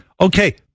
okay